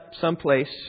someplace